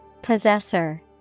Possessor